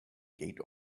gate